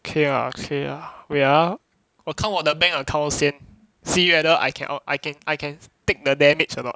okay lah okay lah wait ah 我看我的 bank account 先 see whether I can I can I can take the damage or not